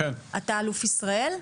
אתה אלוף ישראל?